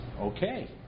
Okay